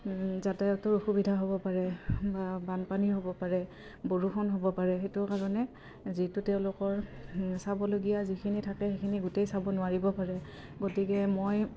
যাতায়াতৰ অসুবিধা হ'ব পাৰে বা বানপানী হ'ব পাৰে বৰষুণ হ'ব পাৰে সেইটো কাৰণে যিটো তেওঁলোকৰ চাবলগীয়া যিখিনি থাকে সেইখিনি গোটেই চাব নোৱাৰিব পাৰে গতিকে মই